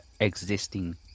existing